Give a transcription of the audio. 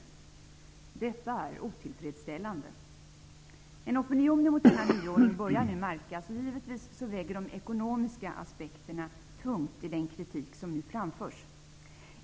Detta är otillfredsställande. En opinion mot denna nyordning börjar nu märkas, och givetvis väger de ekonomiska aspekterna tungt i den kritik som nu framförs.